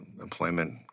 employment